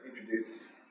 introduce